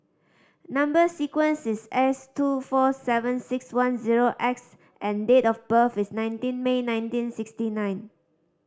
number sequence is S two four seven six one zero X and date of birth is nineteen May nineteen sixty nine